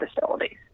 facilities